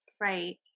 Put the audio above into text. Right